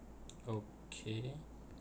okay